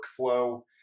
workflow